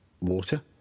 water